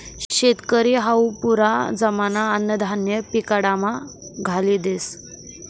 शेतकरी हावू पुरा जमाना अन्नधान्य पिकाडामा घाली देस